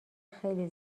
خیلی